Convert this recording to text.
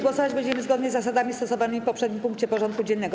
Głosować będziemy zgodnie z zasadami stosowanymi w poprzednim punkcie porządku dziennego.